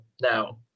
now